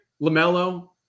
LaMelo